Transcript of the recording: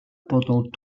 pendant